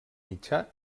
mitjà